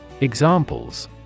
EXAMPLES